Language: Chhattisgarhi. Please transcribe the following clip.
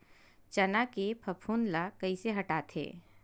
चना के फफूंद ल कइसे हटाथे?